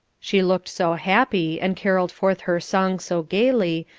she looked so happy and caroled forth her song so gaily,